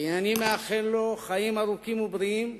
הנני מאחל לו חיים ארוכים ובריאים,